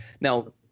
Now